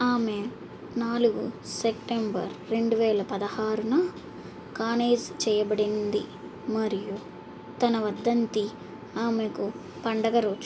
ఆమె నాలుగు సెప్టెంబర్ రెండు వేల పదహారున కాననైజ్ చేయబడింది మరియు తన వర్ధంతి ఆమెకు పండగ రోజు